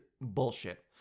bullshit